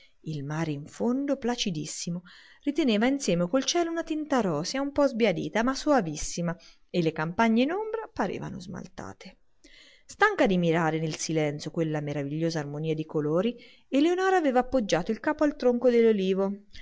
il mare in fondo placidissimo riteneva insieme col cielo una tinta rosea un po sbiadita ma soavissima e le campagne in ombra parevano smaltate stanca di mirare nel silenzio quella meravigliosa armonia di colori eleonora aveva appoggiato il capo al tronco